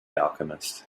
alchemist